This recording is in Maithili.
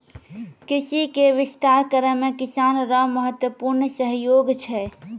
कृषि के विस्तार करै मे किसान रो महत्वपूर्ण सहयोग छै